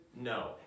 no